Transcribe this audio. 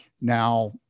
Now